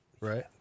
right